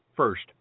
First